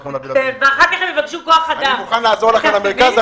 ואחר כך נעזור לכם להעביר לפריפריה.